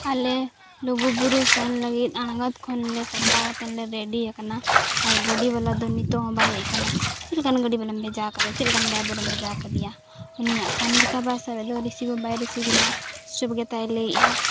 ᱟᱞᱮ ᱞᱩᱜᱩ ᱵᱩᱨᱩ ᱥᱮᱱ ᱞᱟᱹᱜᱤᱫ ᱟᱬᱜᱟᱛ ᱠᱷᱚᱱ ᱞᱮ ᱥᱟᱯᱲᱟᱣ ᱠᱟᱛᱮᱫ ᱞᱮ ᱫᱮᱡ ᱨᱮᱰᱤᱭᱟᱠᱟᱱᱟ ᱟᱨ ᱜᱟᱹᱰᱤ ᱵᱟᱞᱟ ᱫᱚ ᱱᱤᱛᱳᱜ ᱦᱚᱸ ᱵᱟᱭ ᱦᱮᱡ ᱟᱠᱟᱱᱟ ᱪᱮᱫ ᱞᱮᱠᱟᱱ ᱜᱟᱹᱰᱤ ᱵᱚᱞᱮᱢ ᱵᱟᱡᱟ ᱠᱟᱫᱮᱭᱟ ᱪᱮᱫ ᱞᱮᱠᱟᱱ ᱰᱟᱭᱵᱚᱨᱮᱢ ᱵᱷᱮᱡᱟ ᱠᱟᱫᱮᱭᱟ ᱩᱱᱤᱭᱟᱜ ᱯᱷᱳᱱ ᱜᱮᱛᱟ ᱵᱟᱭ ᱥᱟᱵᱮᱫ ᱫᱚ ᱨᱤᱥᱤᱵᱽ ᱦᱚᱸ ᱵᱟᱭ ᱨᱤᱥᱤᱵᱮᱜᱼᱟ ᱥᱴᱚᱯ ᱜᱮᱛᱟᱭ ᱞᱟᱹᱭᱮᱜᱼᱟ